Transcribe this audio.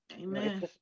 Amen